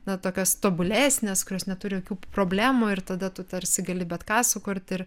na tokios tobulesnės kurios neturi jokių problemų ir tada tu tarsi gali bet ką sukurti ir